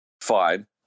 fine